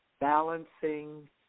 balancing